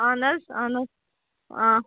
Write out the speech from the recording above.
اَہَن حظ اَہَن حظ آ